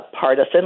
partisan